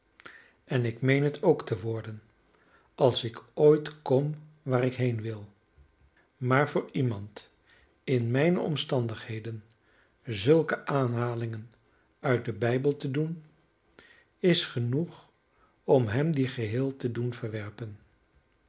en ik meen het ook te worden als ik ooit kom waar ik heen wil maar voor iemand in mijne omstandigheden zulke aanhalingen uit den bijbel te doen is genoeg om hem dien geheel te doen verwerpen